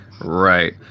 right